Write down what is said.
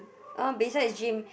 besides gym